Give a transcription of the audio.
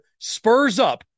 SPURSUP